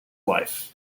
life